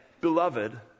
Beloved